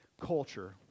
culture